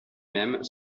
même